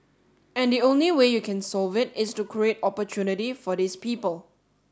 and the only way you can solve it is to create opportunity for these people